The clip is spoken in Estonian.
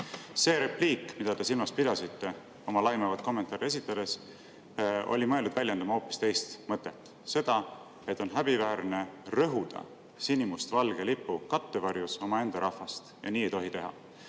See repliik, mida te silmas pidasite oma laimavat kommentaari esitades, oli mõeldud väljendama hoopis teist mõtet: seda, et on häbiväärne rõhuda sinimustvalge lipu kattevarjus omaenda rahvast. Nii ei tohi teha.